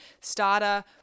starter